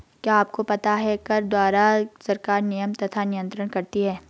क्या आपको पता है कर द्वारा सरकार नियमन तथा नियन्त्रण करती है?